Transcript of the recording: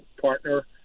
partner